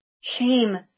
Shame